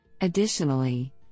Additionally